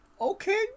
Okay